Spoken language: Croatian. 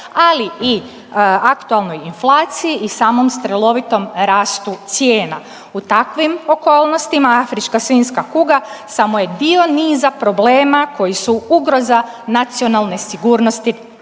ali i aktualnoj inflaciji i samom strelovitom rastu cijena. U takvim okolnostima afrička svinjska kuga, samo je dio niza problema, koji su ugroza nacionalne sigurnosti